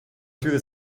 through